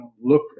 look